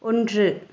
ஒன்று